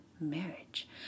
marriage